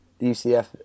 UCF